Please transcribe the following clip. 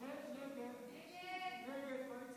ההסתייגות (4) של חבר הכנסת מיקי לוי אחרי